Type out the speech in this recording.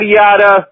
yada